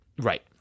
Right